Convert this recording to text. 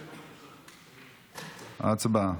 הצבעה.